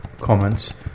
comments